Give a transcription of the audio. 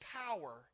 power